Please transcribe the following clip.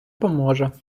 поможе